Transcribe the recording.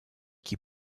qui